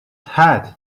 had